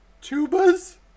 Tubas